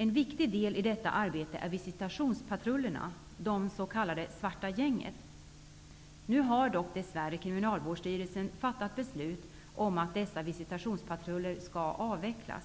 En viktig del i detta arbete är visitationspatrullerna, det s.k. svarta gänget. Dess värre har Kriminalvårdsstyrelsen nu fattat beslut om att dessa visitationspatruller skall avvecklas.